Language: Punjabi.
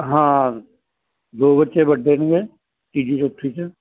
ਹਾਂ ਦੋ ਬੱਚੇ ਵੱਡੇ ਨੇ ਤੀਜੀ ਚੌਥੀ 'ਚ